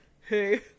hey